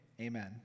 Amen